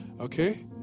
okay